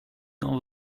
dans